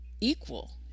equal